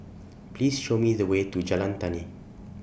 Please Show Me The Way to Jalan Tani